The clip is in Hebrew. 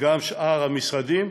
וגם שאר המשרדים,